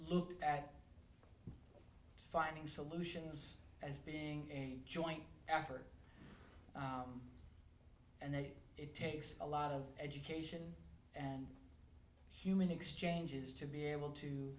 look at finding solutions as being a joint effort and then it takes a lot of education and human exchanges to be able to